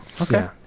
Okay